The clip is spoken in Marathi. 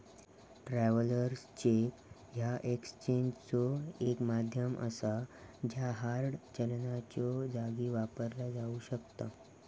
ट्रॅव्हलर्स चेक ह्या एक्सचेंजचो एक माध्यम असा ज्या हार्ड चलनाच्यो जागी वापरला जाऊ शकता